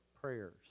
prayers